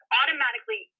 automatically